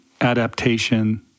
adaptation